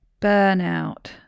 burnout